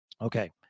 Okay